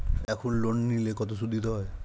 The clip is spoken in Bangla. এখন লোন নিলে কত সুদ দিতে হয়?